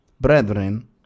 brethren